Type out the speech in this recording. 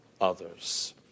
others